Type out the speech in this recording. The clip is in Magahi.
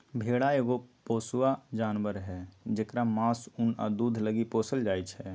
भेड़ा एगो पोसुआ जानवर हई जेकरा मास, उन आ दूध लागी पोसल जाइ छै